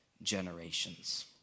generations